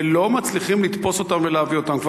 ולא מצליחים לתפוס אותם ולהביא אותם.